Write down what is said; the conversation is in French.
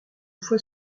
fois